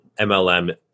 MLM